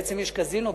שבעצם יש קזינו בבורסה,